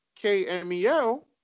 KMEL